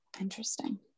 Interesting